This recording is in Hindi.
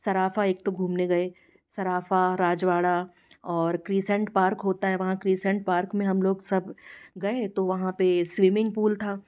सराफ़ा एक तो घूमने गए सराफ़ा राजवाड़ा और क्रिसेंट पार्क होता है वहाँ क्रिसेंट पार्क में हम लोग सब गए तो वहाँ पे स्विमिंग पूल था